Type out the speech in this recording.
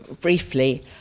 briefly